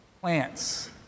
plants